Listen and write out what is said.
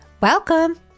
Welcome